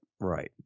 Right